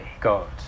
God